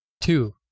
two